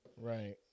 Right